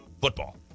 Football